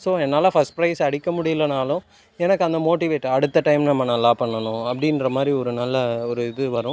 so என்னால் first prize அடிக்க முடியலைன்னாலும் எனக்கு அந்த மோட்டிவேட் அடுத்த டைம் நம்ம நல்லா பண்ணணும் அப்படின்ற மாதிரி ஒரு நல்ல ஒரு இது வரும்